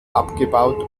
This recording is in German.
abgebaut